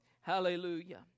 hallelujah